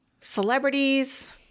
celebrities